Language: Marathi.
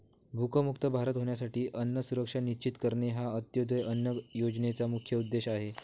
भूकमुक्त भारत होण्यासाठी अन्न सुरक्षा सुनिश्चित करणे हा अंत्योदय अन्न योजनेचा मुख्य उद्देश आहे